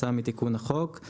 כתוצאה מתיקון החוק;